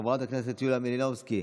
חברת הכנסת יוליה מלינובסקי,